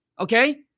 Okay